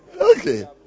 Okay